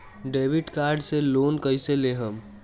Debit card से loan कईसे लेहम?